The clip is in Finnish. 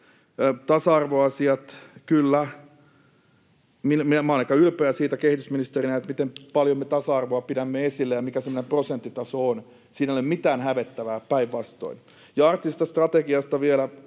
tasa-arvoasiat: Kyllä, minä olen kehitysministerinä aika ylpeä siitä, miten paljon me tasa-arvoa pidämme esillä ja mikä se meidän prosenttitaso on. Siinä ei ole mitään hävettävää, päinvastoin. Ja arktisesta strategiasta vielä: